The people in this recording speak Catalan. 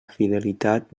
fidelitat